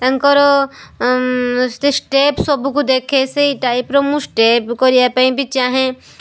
ତାଙ୍କର ସେଇ ଷ୍ଟେପସ୍ ସବୁକୁ ଦେଖେ ସେଇ ଟାଇପ୍ର ମୁଁ ଷ୍ଟେପ୍ କରିବା ପାଇଁ ବି ଚାହେଁ